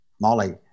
Molly